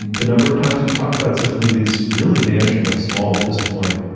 um the number of times we talk about such movies really vanishingly small at this point.